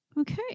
Okay